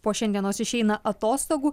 po šiandienos išeina atostogų